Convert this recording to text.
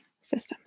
systems